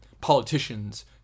politicians